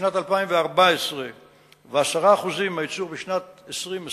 בשנת 2014 ו-10% מהייצור בשנת 2020